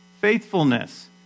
Faithfulness